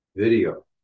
video